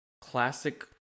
classic